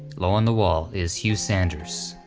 low on the wall is hugh sanders.